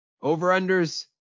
Over-unders